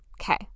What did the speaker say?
Okay